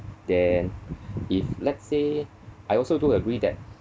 then if let's say I also do agree that